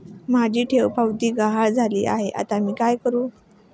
माझी ठेवपावती गहाळ झाली आहे, आता मी काय करु?